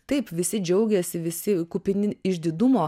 taip visi džiaugiasi visi kupini išdidumo